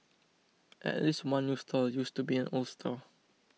at least one new stall used to be an old one